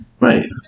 Right